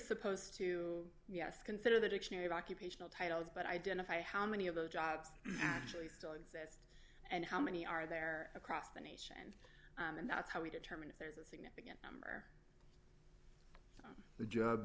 supposed to yes consider the dictionary of occupational titles but identify how many of those jobs actually still exist and how many are there across the nation and that's how we determine if there's a significant number